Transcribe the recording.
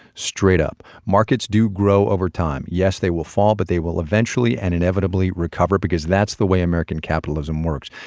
straight up markets do grow over time. yes, they will fall, but they will eventually and inevitably recover because that's the way american capitalism works.